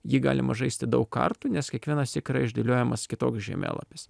jį galima žaisti daug kartų nes kiekvieną syk yra išdėliojamas kitoks žemėlapis